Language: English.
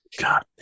God